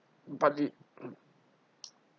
but if